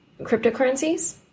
cryptocurrencies